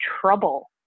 trouble